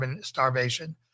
starvation